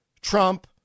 Trump